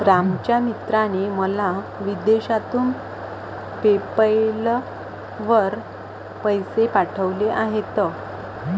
रामच्या मित्राने मला विदेशातून पेपैल वर पैसे पाठवले आहेत